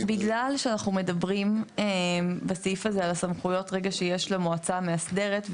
אז בגלל שאנחנו מדברים בסעיף הזה על הסמכויות שיש למועצה המאסדרת,